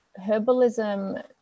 herbalism